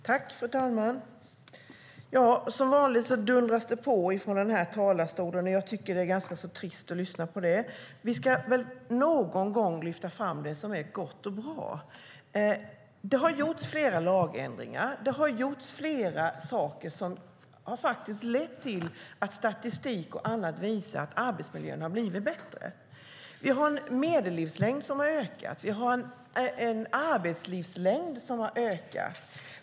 Fru talman! Som vanligt dundras det på från denna talarstol, och jag tycker att det är ganska trist att lyssna på det. Vi ska väl någon gång lyfta fram det som är gott och bra? Det har gjorts flera lagändringar, och det har gjorts flera saker som faktiskt har lett till att statistik och annat visar att arbetsmiljön har blivit bättre. Medellivslängden har ökat, och arbetslivslängden har ökat.